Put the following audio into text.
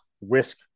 risk